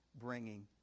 bringing